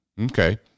Okay